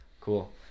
Cool